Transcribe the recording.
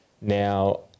Now